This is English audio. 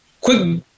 Quick